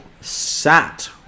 sat